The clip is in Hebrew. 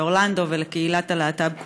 לאורלנדו ולקהילת הלהט"ב כולה,